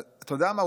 אתה יודע מה?